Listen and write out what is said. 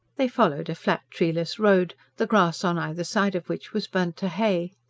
they followed a flat, treeless road, the grass on either side of which was burnt to hay.